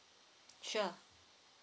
sure